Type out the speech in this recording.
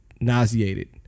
nauseated